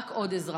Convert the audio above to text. רק עוד אזרח.